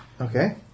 Okay